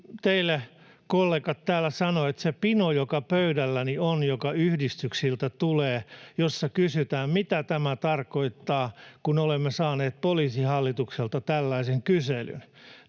teille, kollegat, täällä sanoa, että se pino, joka pöydälläni on ja joka yhdistyksiltä tulee ja jossa kysytään, mitä tämä tarkoittaa, kun olemme saaneet Poliisihallitukselta tällaisen kyselyn...